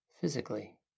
physically